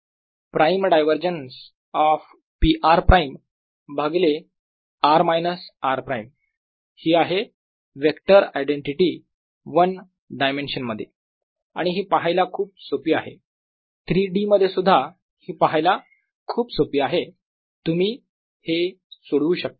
prime divergence of p r prime भागिले r minus r prime ही आहे vector identity 1d मध्ये आणि ही पाहायला खूप सोपी आहे 3d मध्ये सुद्धा ही पाहायला खूप सोपी आहे तुम्ही हे सोडवू शकता